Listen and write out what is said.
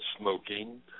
smoking